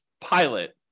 pilot